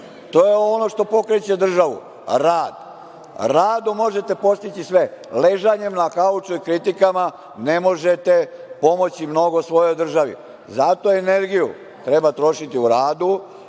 je ono što pokreće državu – rad. Radom možete postići sve. Ležanjem na kauču i kritikama ne možete pomoći mnogo svojoj državi. Zato energiju treba trošiti u radu,